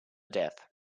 death